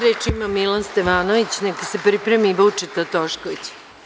Reč ima Milan Stevanović, a neka se pripremi Vučeta Tošković.